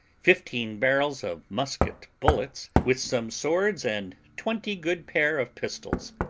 fifteen barrels of musket-bullets, with some swords and twenty good pair of pistols.